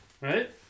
right